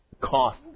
cost